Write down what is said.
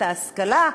את ההשכלה,